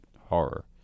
horror